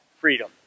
freedom